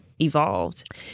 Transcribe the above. evolved